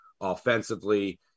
offensively